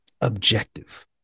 objective